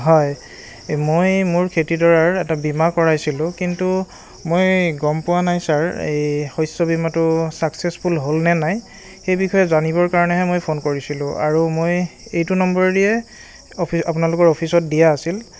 হয় মই মোৰ খেতিটোৰ এটা বীমা কৰাইছিলোঁ কিন্তু মই গম পোৱা নাই ছাৰ এই শস্য বীমাটো ছাক্সেছফুল হ'ল নে নাই সেই বিষয়ে জানিবৰ কাৰণেহে মই ফোন কৰিছিলোঁ আৰু মই এইটো নম্বৰ দিয়ে অফি আপোনালোকৰ অফিচত দিয়া আছিল